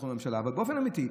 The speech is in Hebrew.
באופן אמיתי.